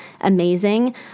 amazing